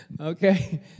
Okay